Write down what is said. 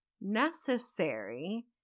necessary